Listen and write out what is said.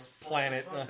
planet